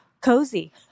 cozy